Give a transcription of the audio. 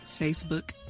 Facebook